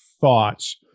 thoughts